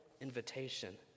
invitation